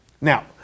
Now